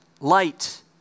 light